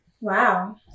Wow